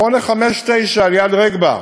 859 על-יד רגבה,